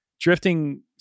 drifting